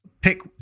Pick